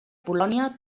polònia